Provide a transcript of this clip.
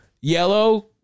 Yellow